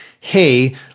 Hey